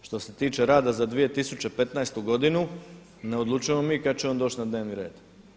Što se tiče rada za 2015. godinu ne odlučujemo mi kada će on doći na dnevni red.